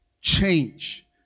Change